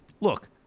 look